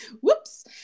Whoops